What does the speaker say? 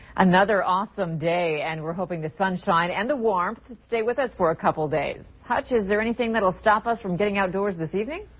another awesome day. and we're hoping the sunshine and warmth stay with us for a couple days. hutch. is there anything that'll stop us from getting outdoors this evening?